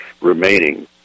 remaining